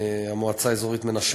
המועצה האזורית מנשה,